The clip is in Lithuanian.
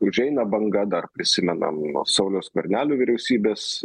užeina banga dar prisimenam nuo sauliaus skvernelio vyriausybės